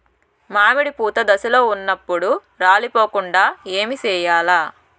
మామిడి పూత దశలో ఉన్నప్పుడు రాలిపోకుండ ఏమిచేయాల్ల?